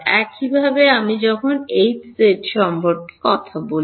একইভাবে আমি যখন Hz সম্পর্কে কথা বলি